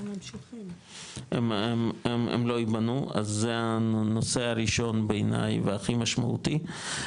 הם לא ייבנו אז זה הנושא הראשון בעיניי והכי משמעותי.